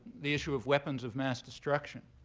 the issue of weapons of mass destruction?